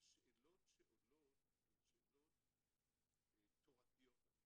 השאלות שעולות הן שאלות תורתיות אפילו.